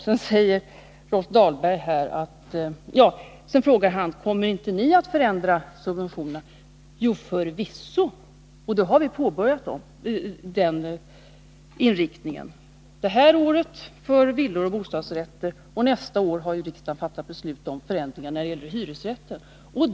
Sedan frågar Rolf Dahlberg: Kommer inte ni att förändra subventionerna? Jo, förvisso, och vi har påbörjat arbetet i den riktningen. Det här året sker förändringar för villor och bostadsrätter, och riksdagen har fattat beslut om förändringar nästa år när det gäller hyresrätter.